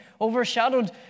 overshadowed